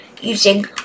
using